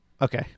Okay